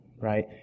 right